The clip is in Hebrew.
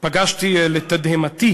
פגשתי לתדהמתי